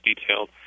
detailed